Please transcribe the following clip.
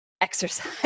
exercise